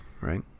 right